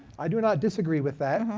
i do not disagree with that,